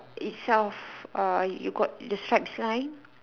itself uh you got the stripes line